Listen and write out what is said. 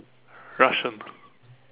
Russian